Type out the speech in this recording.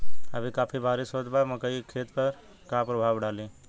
अभी काफी बरिस होत बा मकई के खेत पर का प्रभाव डालि?